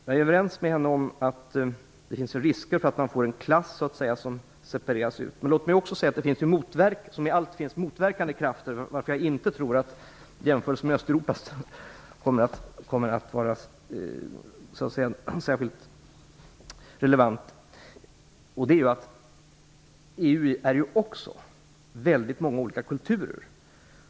Jag är överens med henne om att det finns risker för att man får en klass som separeras ut. Låt mig också säga att det finns motverkande krafter, varför jag inte tror att jämförelsen med Östeuropa kommer att vara särskilt relevant. EU består av väldigt många olika kulturer.